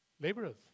laborers